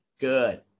Good